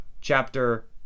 chapter